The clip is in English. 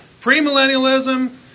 Premillennialism